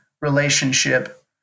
relationship